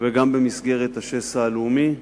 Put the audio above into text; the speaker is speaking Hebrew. וגם במסגרת השסע הלאומי.